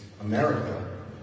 America